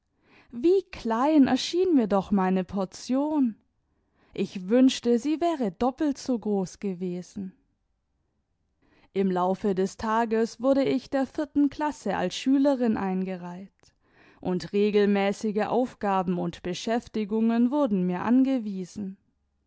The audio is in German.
wie klein erschien mir doch meine portion ich wünschte sie wäre doppelt so groß gewesen im laufe des tages wurde ich der vierten klasse als schülerin eingereiht und regelmäßige aufgaben und beschäftigungen wurden mir angewiesen